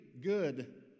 good